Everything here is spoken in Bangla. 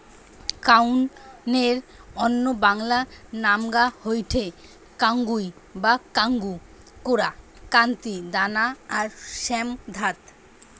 কাউনের অন্য বাংলা নামগা হয়ঠে কাঙ্গুই বা কাঙ্গু, কোরা, কান্তি, দানা আর শ্যামধাত